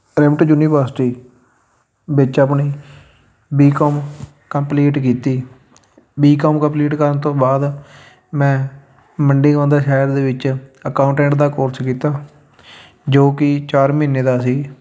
RIMT university ਵਿੱਚ ਆਪਣੀ BCom complete ਕੀਤੀ ਬੀਕੌਮ ਕੰਪਲੀਟ ਕਰਨ ਤੋਂ ਬਾਅਦ ਮੈਂ ਮੰਡੀ ਗੋਬਿੰਦ ਸ਼ਹਿਰ ਦੇ ਵਿੱਚ ਅਕਾਊਂਟੈਂਟ ਦਾ ਕੋਰਸ ਕੀਤਾ ਜੋ ਕਿ ਚਾਰ ਮਹੀਨੇ ਦਾ ਸੀ